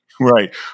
Right